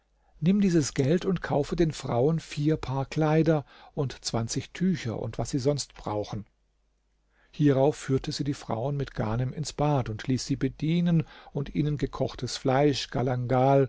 nimm dieses geld und kaufe den frauen vier paar kleider und zwanzig tücher und was sie sonst brauchen hierauf führte sie die frauen mit ghanem ins bad ließ sie bedienen und ihnen gekochtes fleisch